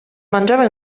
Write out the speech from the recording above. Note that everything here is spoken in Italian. mangiava